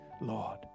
Lord